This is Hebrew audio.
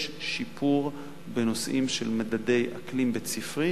יש שיפור בנושאים של מדדי אקלים בית-ספרי